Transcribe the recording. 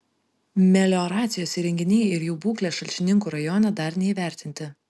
melioracijos įrenginiai ir jų būklė šalčininkų rajone dar neįvertinti